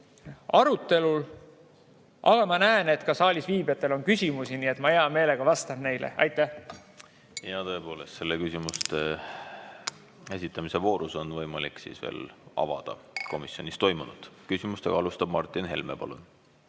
arutelus. Aga ma näen, et saalis viibijatel on küsimusi. Ma hea meelega vastan neile. Aitäh! Jaa, tõepoolest. Selles küsimuste esitamise voorus on võimalik veelgi avada komisjonis toimunut. Küsimustega alustab Martin Helme. Palun!